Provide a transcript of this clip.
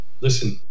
Listen